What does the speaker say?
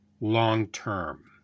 long-term